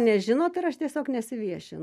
nežinot ir aš tiesiog nesiviešinu